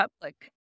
public